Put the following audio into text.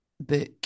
book